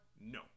No